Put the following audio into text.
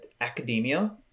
academia